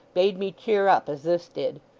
bade me cheer up, as this did?